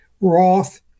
Roth